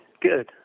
good